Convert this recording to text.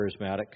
charismatic